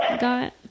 got